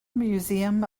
museum